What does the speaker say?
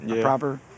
proper